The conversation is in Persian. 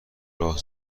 راه